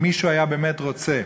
אם מישהו באמת היה רוצה